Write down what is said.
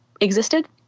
existed